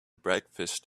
breakfast